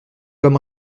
comme